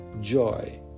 joy